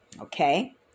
Okay